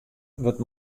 wurdt